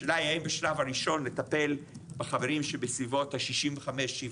האלה היא האם בשלב הראשון לטפל בחברים שבסביבות ה-65-70,